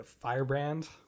firebrand